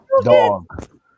Dog